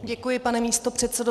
Děkuji, pane místopředsedo.